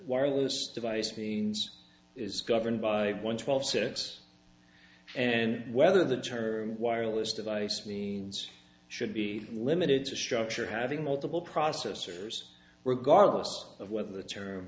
wireless device means is governed by one twelve sets and whether the term wireless device means should be limited to a structure having multiple processors regardless of whether the term